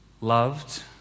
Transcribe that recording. loved